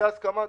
הייתה הסכמה,